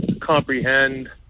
comprehend